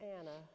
Anna